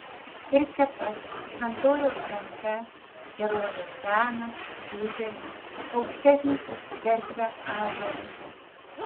ir čia pat šventoriaus kampe kerojo senas didelis aukštesnis už cerkvę ąžuolas